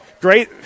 Great